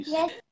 Yes